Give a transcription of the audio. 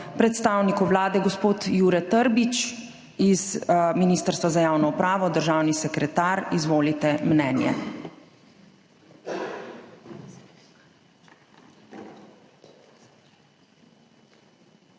predstavniku Vlade, gospodu Juretu Trbiču iz Ministrstva za javno upravo. Državni sekretar, izvolite, mnenje.